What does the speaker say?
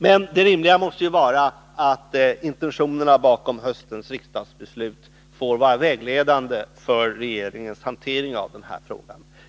Men det rimliga måste vara att intentionerna bakom höstens riksdagsbeslut får vara vägledande för regeringens hantering av frågan.